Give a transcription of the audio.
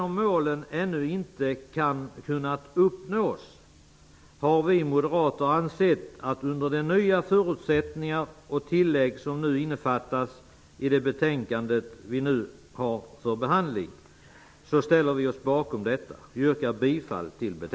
Målen har ännu inte kunnat uppnås, men det betänkande som vi nu behandlar innefattar nya förutsättningar och tillägg som vi ställer oss bakom. Jag yrkar bifall till hemställan i betänkandet.